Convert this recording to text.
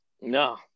no –